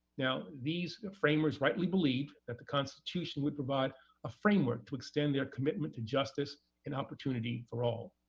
now, these framers rightly believed that the constitution would provide a framework to extend their commitment to justice and opportunity for all,